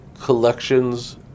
collections